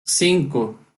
cinco